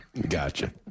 Gotcha